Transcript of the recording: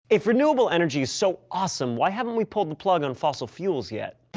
if renewable energy is so awesome why haven't we pulled the plug on fossil fuels yet?